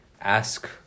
ask